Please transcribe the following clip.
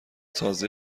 تازه